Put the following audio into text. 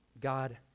God